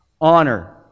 honor